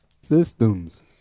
systems